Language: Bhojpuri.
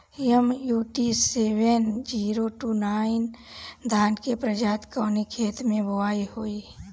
MUT seven zero two nine धान के प्रजाति कवने खेत मै बोआई होई?